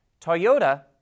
Toyota